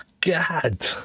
God